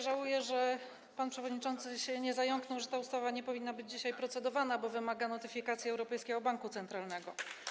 Żałuję, że pan przewodniczący się nie zająknął, że nad tą ustawą nie powinniśmy dzisiaj procedować, bo wymaga notyfikacji Europejskiego Banku Centralnego.